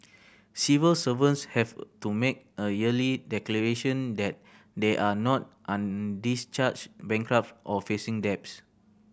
civil servants have to make a yearly declaration that they are not undischarged bankrupt or facing debts